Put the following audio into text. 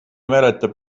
mäleta